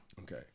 Okay